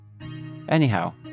anyhow